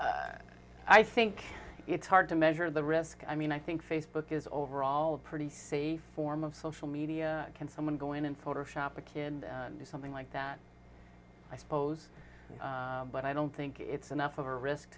know i think it's hard to measure the risk i mean i think facebook is overall a pretty safe form of social media can someone go in and photoshop a kid and do something like that i suppose but i don't think it's enough of a risk